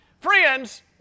Friends